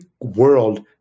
world